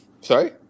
Sorry